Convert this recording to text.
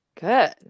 Good